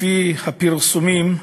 לפי הפרסומים,